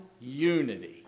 unity